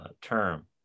term